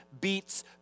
beats